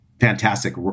fantastic